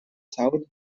south